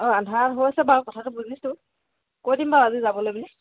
অঁ আন্ধাৰ হৈছে বাৰু কথাটো বুজিছোঁ কৈ দিম বাৰু আজি যাবলে বুলি